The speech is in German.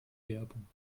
werbung